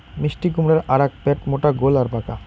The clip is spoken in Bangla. মিষ্টিকুমড়ার আকার প্যাটমোটা গোল আর পাকা